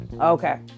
Okay